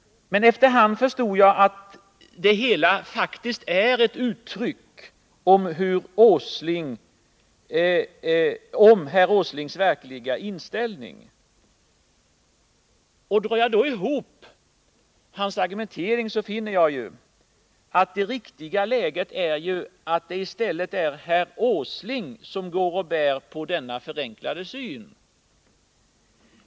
Men efter hand har jag förstått att det hela faktiskt är ett uttryck för herr Åslings verkliga inställning. Sammanfattar jag industriministerns argumentering, så finner jag att det i stället är herr Åsling som har denna förenklade syn.